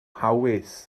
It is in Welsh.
hawys